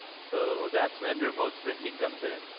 so that's when remote sprinting comes in.